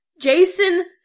Jason